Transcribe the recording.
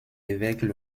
évêques